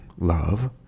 love